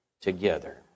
together